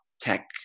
tech